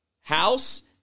House